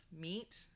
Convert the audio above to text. meat